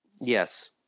Yes